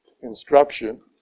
instruction